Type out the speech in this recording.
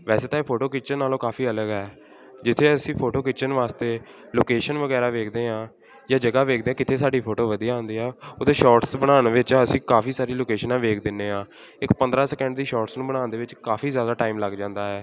ਵੈਸੇ ਤਾਂ ਇਹ ਫੋਟੋ ਖਿੱਚਣ ਨਾਲੋਂ ਕਾਫੀ ਅਲੱਗ ਹੈ ਜਿੱਥੇ ਅਸੀਂ ਫੋਟੋ ਖਿੱਚਣ ਵਾਸਤੇ ਲੋਕੇਸ਼ਨ ਵਗੈਰਾ ਵੇਖਦੇ ਹਾਂ ਜਾਂ ਜਗ੍ਹਾ ਵੇਖਦੇ ਹਾਂ ਕਿੱਥੇ ਸਾਡੀ ਫੋਟੋ ਵਧੀਆ ਆਉਂਦੀ ਆ ਉੱਥੇ ਸ਼ੋਟਸ ਬਣਾਉਣ ਵਿੱਚ ਅਸੀਂ ਕਾਫੀ ਸਾਰੀ ਲੋਕੇਸ਼ਨਾਂ ਵੇਖ ਦਿੰਦੇ ਹਾਂ ਇੱਕ ਪੰਦਰਾਂ ਸਕਿੰਟ ਦੀ ਸ਼ੋਟਸ ਨੂੰ ਬਣਾਉਣ ਦੇ ਵਿੱਚ ਕਾਫੀ ਜ਼ਿਆਦਾ ਟਾਈਮ ਲੱਗ ਜਾਂਦਾ ਹੈ